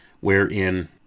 wherein